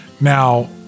now